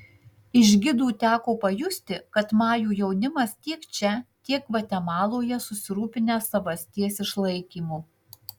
iš gidų teko pajusti kad majų jaunimas tiek čia tiek gvatemaloje susirūpinęs savasties išlaikymu